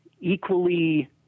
equally